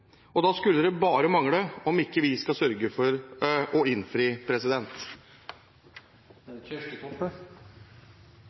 velkommen. Da skulle det bare mangle at vi ikke skal sørge for å innfri